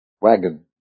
wagon